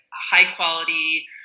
high-quality